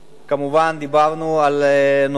כמובן דיברנו על נושא